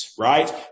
right